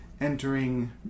entering